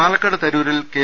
പാലക്കാട് തരൂരിൽ കെ